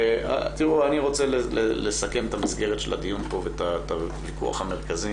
אני רוצה לסכם את המסגרת של הדיון פה ואת הוויכוח המרכזי.